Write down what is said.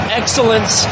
excellence